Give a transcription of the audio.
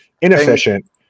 inefficient